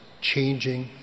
changing